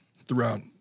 throughout